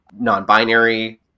non-binary